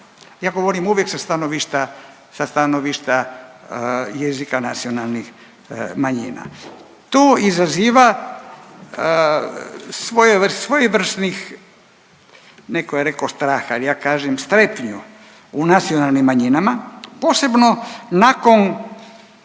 Ja govorim uvijek sa stanovišta jezika nacionalnih manjina. To izaziva svojevrsnih netko je rekao straha, ja kažem strepnju u nacionalnim manjinama posebno nakon